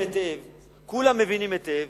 מותר לי לקום ולצאת,